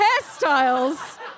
hairstyles